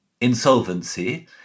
insolvency